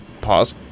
Pause